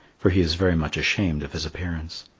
for he is very much ashamed of his appearance.